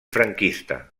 franquista